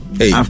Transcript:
hey